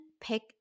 pick